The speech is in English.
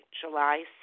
July